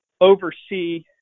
oversee